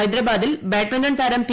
ഹൈദരാബാദിൽ ബാഡ്മിന്റൺ താരം പി